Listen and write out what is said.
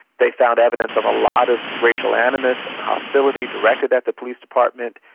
they found evidence of a lot of racial animus and hostility directed at the police department.